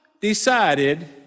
decided